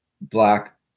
black